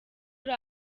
uri